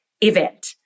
event